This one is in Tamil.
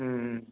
ம் ம்